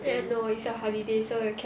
no it's your holiday so you cannot